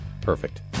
Perfect